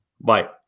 Bye